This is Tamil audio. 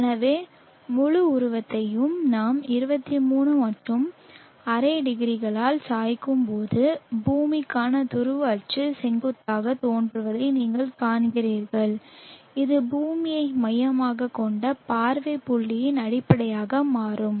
எனவே முழு உருவத்தையும் நாம் 23 மற்றும் அரை டிகிரிகளால் சாய்க்கும்போது பூமிக்கான துருவ அச்சு செங்குத்தாகத் தோன்றுவதை நீங்கள் காண்கிறீர்கள் இது பூமியை மையமாகக் கொண்ட பார்வை புள்ளியின் அடிப்படையாக மாறும்